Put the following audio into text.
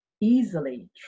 easily